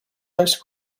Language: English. ice